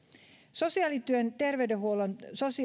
sosiaalityön terveydenhuollon